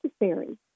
necessary